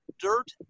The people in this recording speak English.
dirt